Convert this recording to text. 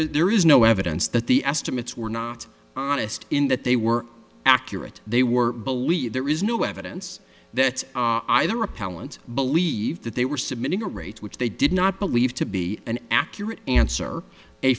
is there is no evidence that the estimates were not honest in that they were accurate they were believe there is no evidence that either repellent believed that they were submitting a rate which they did not believe to be an accurate answer a